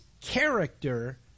character